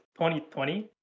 2020